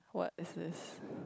what is this